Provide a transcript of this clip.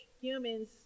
humans